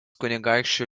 kunigaikščių